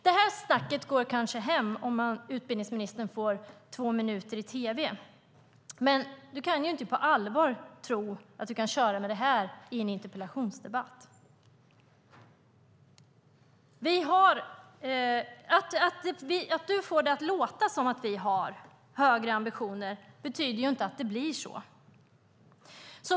Det snacket går kanske hem om utbildningsministern får två minuter i tv. Men du kan inte på allvar tro att du kan köra med det i en interpellationsdebatt. Att du får det att låta som att ni har högre ambitioner betyder inte att det blir så.